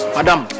Madam